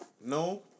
No